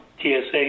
TSA